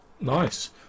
Nice